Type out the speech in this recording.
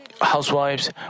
housewives